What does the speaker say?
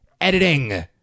Editing